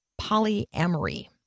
polyamory